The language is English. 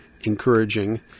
encouraging